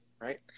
right